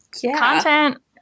content